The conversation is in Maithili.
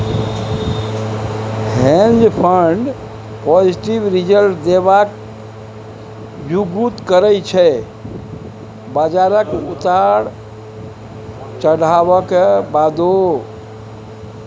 हेंज फंड पॉजिटिव रिजल्ट देबाक जुगुत करय छै बजारक उतार चढ़ाबक बादो